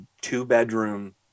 two-bedroom